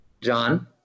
John